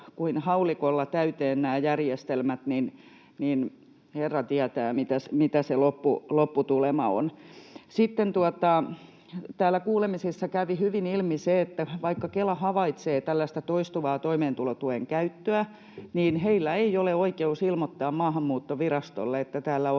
kuin haulikolla täyteen nämä järjestelmät, niin herra tietää mitä se lopputulema on. Sitten täällä kuulemisessa kävi hyvin ilmi se, että vaikka Kela havaitsee tällaista toistuvaa toimeentulotuen käyttöä, niin heillä ei ole oikeutta ilmoittaa Maahanmuuttovirastolle, että täällä on